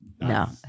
No